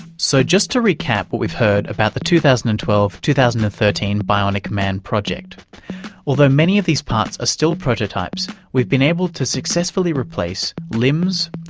so just to recap what we've heard about the two thousand and twelve two thousand and thirteen bionic man project although many of these parts are still prototypes, we've been able to successfully replace limbs,